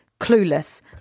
Clueless